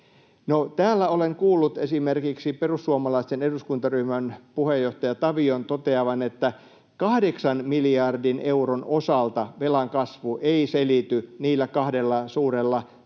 täällä olen kuullut esimerkiksi perussuomalaisten eduskuntaryhmän puheenjohtaja Tavion toteavan, että 8 miljardin euron osalta velan kasvu ei selity kahdella suurella tekijällä